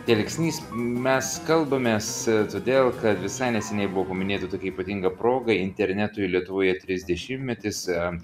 telksnys mes kalbamės todėl kad visai neseniai buvo minėta tokia ypatinga proga internetui lietuvoje trisdešimtmetis e